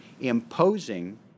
imposing